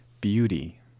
beauty